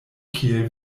kiel